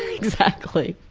exactly.